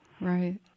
Right